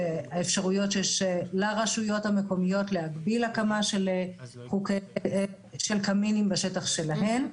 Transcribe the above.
שהאפשרויות שיש לרשויות המקומיות להגביל הקמה של קמינים בשטח שלהן.